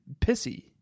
pissy